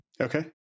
Okay